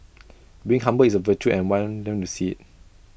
being humble is A virtue and I want them to see